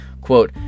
Quote